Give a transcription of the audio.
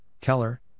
Keller